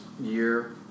year